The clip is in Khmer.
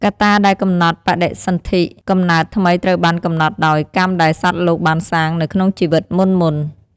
កត្តាដែលកំណត់បដិសន្ធិ កំណើតថ្មីត្រូវបានកំណត់ដោយ កម្មដែលសត្វលោកបានសាង នៅក្នុងជីវិតមុនៗ។